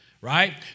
Right